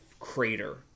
crater